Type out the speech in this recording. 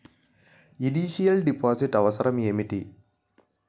Initial deposit అవసరం ఏమిటి?